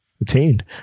Attained